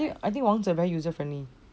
I think wangzhe very user friendly